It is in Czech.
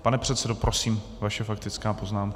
Pane předsedo, prosím, vaše faktická poznámka.